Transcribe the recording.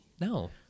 No